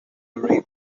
marine